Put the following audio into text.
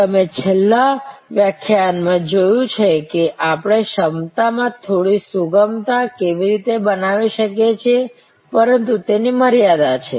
તમે છેલ્લા વ્યાખ્યાન માં જોયું છે કે આપણે ક્ષમતામાં થોડી સુગમતા કેવી રીતે બનાવી શકીએ છીએ પરંતુ તેની મર્યાદા છે